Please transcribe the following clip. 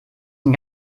den